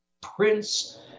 Prince